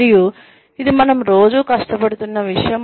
మరియు ఇది మనము రోజూ కష్టపడుతున్న విషయం